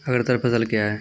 अग्रतर फसल क्या हैं?